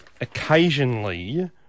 occasionally